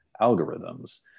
algorithms